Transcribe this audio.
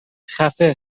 خفه